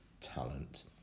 talent